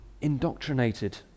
indoctrinated